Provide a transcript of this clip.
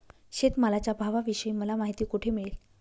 शेतमालाच्या भावाविषयी मला माहिती कोठे मिळेल?